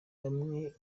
bamwe